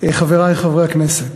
חברי חברי הכנסת,